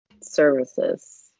services